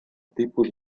tipus